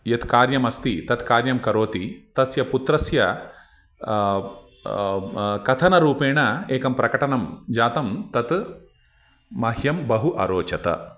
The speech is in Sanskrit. यत् कार्यमस्ति तत् कार्यं करोति तस्य पुत्रस्य कथनरूपेण एकं प्रकटनं जातं तत् मह्यं बहु अरोचत